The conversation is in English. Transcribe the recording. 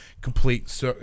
complete